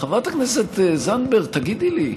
חברת הכנסת זנדברג, תגידי לי,